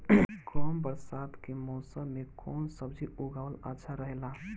कम बरसात के मौसम में कउन सब्जी उगावल अच्छा रहेला?